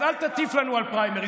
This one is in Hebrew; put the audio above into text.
אז אל תטיף לנו על פריימריז.